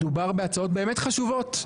מדובר בהצעות באמת חשובות,